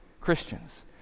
Christians